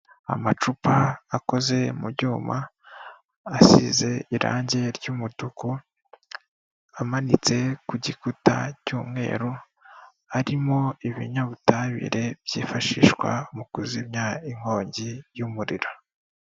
Amacupa akoze mu byuma asize irange ry'umutuku, amanitse ku gikuta cy'umweru arimo ibinyabutabire byifashishwa mu kuzimya inkongi y'umuriro.